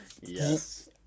Yes